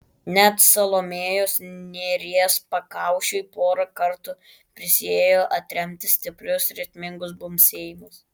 net salomėjos nėries pakaušiui porą kartų prisiėjo atremti stiprius ritmingus bumbsėjimus